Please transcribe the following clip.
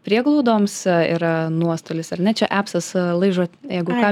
prieglaudoms yra nuostolis ar ne čia epsas laižo jeigu ką